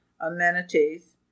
amenities